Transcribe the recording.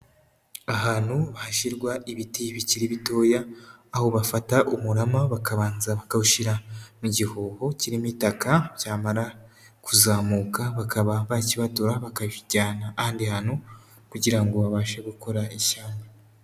Ahantu hashyirwa ibiti bikiri bitoya, aho bafata umurama bakabanza bakawushyira mu gihoho kirimo itaka byamara kuzamuka bakaba bakibatura bakabijyana ahandi hantu kugira ngo babashe gukora ishyamba.